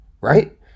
right